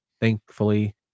thankfully